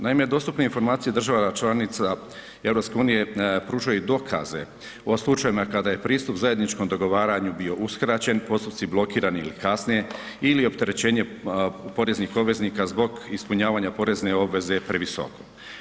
Naime, dostupne informacije država članica EU-a pružaju dokaze u slučajevima kada je pristup zajedničkom dogovaranju bio uskraćen, postupci blokirani ili kasne ili opterećenje poreznih obveznika zbog ispunjavanja porezne obveze previsoko.